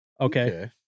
Okay